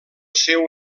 seu